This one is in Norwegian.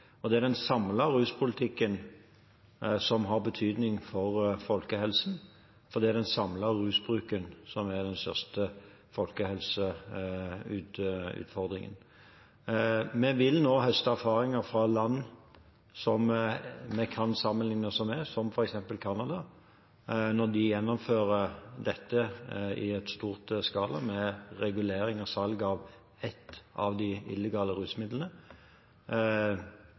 Og det er den samlede ruspolitikken som har betydning for folkehelsen, fordi det er den samlede rusbruken som er den største folkehelseutfordringen. Vi vil nå høste erfaringer fra land som vi kan sammenligne oss med, som f.eks. Canada, når de gjennomfører dette i stor skala med regulering og salg av ett av de illegale rusmidlene.